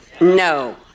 No